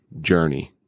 journey